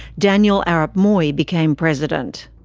daniel arap moi became president.